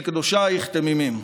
/ אל קדושייך תמימים".